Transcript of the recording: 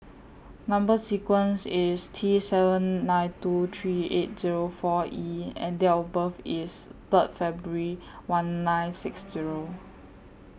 Number sequence IS T seven nine two three eight Zero four E and Date of birth IS Third February one nine six Zero